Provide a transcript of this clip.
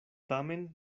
tamen